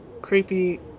creepy